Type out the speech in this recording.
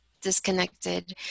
disconnected